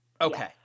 Okay